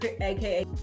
aka